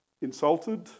insulted